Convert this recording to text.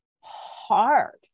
hard